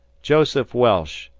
joseph welsh,